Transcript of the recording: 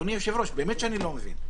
אדוני היושב-ראש, באמת אני לא מבין.